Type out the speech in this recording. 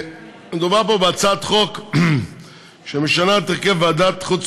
מדובר פה בהצעת חוק שמשנה את הרכב ועדת חוץ